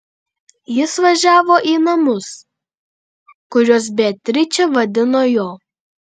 jis važiavo į namus kuriuos beatričė vadino jo